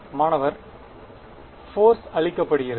மாணவர் போர்ஸ் அளிக்கப்படுகிறது